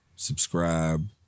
subscribe